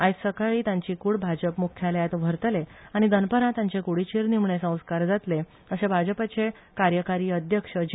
आयज सकाळी तांची कूड भाजप मुख्यालयात व्हरतले आनी दनपारा तांचे कुडीचेर निमणे संस्कार जातले अशे भाजपाचे कार्यकारी अध्यक्ष जे